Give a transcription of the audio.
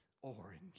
orange